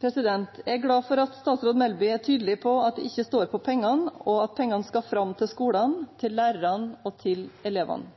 Jeg er glad for at statsråd Melby er tydelig på at det ikke står på pengene, og at pengene skal fram til skolene, til lærerne og til elevene.